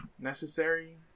necessary